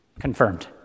Confirmed